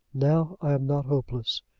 now i am not hopeless.